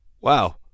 wow